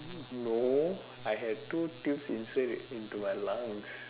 no I had two tubes inserted into my lungs